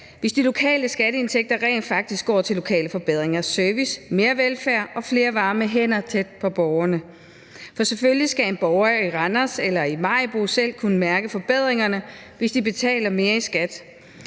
hvis de lokale skatteindtægter rent faktisk går til lokale forbedringer: service, mere velfærd og flere varme hænder tæt på borgerne. For selvfølgelig skal en borger i Randers eller i Maribo selv kunne mærke forbedringerne, hvis de betaler mere i skat.